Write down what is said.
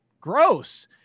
gross